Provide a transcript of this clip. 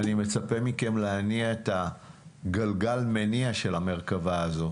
אני מצפה מכם להניע את הגלגל המניע של המרכבה הזו.